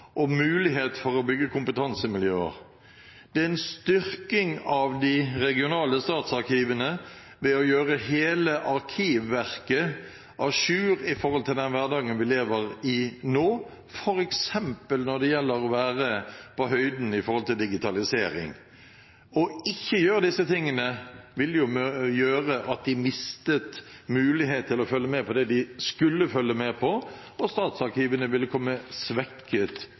regionale statsarkivene å gjøre hele Arkivverket à jour i forhold til den hverdagen vi lever i nå, f.eks. å være på høyden når det gjelder digitalisering. Ikke å gjøre disse tingene ville medført at de mistet mulighet til å følge med på det de skulle følge med på, og statsarkivene ville kommet svekket